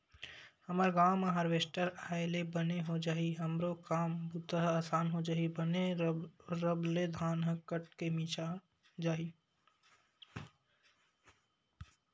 हमर गांव म हारवेस्टर आय ले बने हो जाही हमरो काम बूता ह असान हो जही बने रब ले धान ह कट के मिंजा जाही